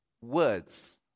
words